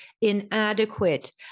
inadequate